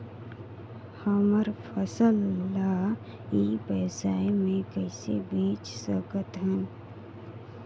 हमर फसल ल ई व्यवसाय मे कइसे बेच सकत हन?